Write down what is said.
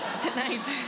tonight